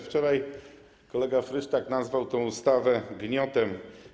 Wczoraj kolega Frysztak nazwał tę ustawę gniotem.